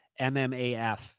MMAF